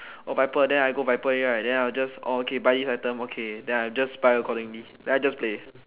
oh viper then I go viper already right then I just oh okay buy this item okay then I just buy accordingly then I just play